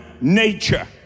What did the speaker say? nature